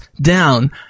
down